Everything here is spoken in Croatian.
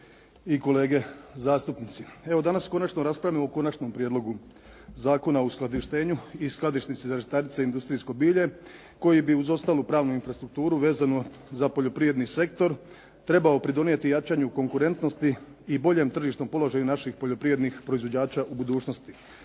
i kolege zastupnici. Evo danas konačno raspravljamo o Konačnom prijedlogu zakona o uskladištenju i skladišnici za žitarice i industrijsko bilje koji bi uz ostalu pravnu infrastrukturu vezano za poljoprivredni sektor trebao pridonijeti jačanju konkurentnosti i boljem tržišnom položaju naših poljoprivrednih proizvođača u budućnosti.